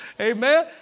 Amen